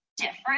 different